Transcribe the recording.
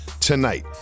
tonight